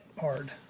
hard